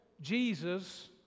Jesus